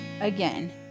Again